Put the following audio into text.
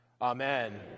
Amen